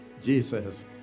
Jesus